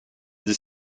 dix